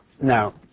Now